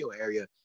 area